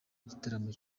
igitaramo